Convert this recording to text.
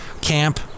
camp